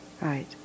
Right